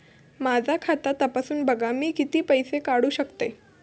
माझा खाता तपासून बघा मी किती पैशे काढू शकतय?